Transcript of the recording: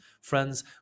Friends